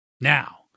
Now